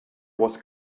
was